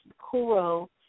Kuro